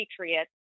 patriots